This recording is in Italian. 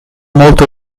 molto